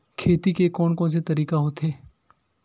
खेती के कोन कोन से तरीका होथे?